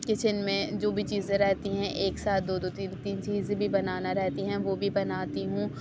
kitchen میں جو بھی چیزیں رہتی ہیں ایک ساتھ دو دو تین تین چیزیں بنانا بھی رہتی ہیں وہ بھی بناتی ہوں